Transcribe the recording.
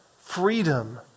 freedom